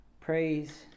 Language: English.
Praise